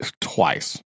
twice